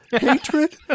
Hatred